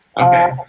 Okay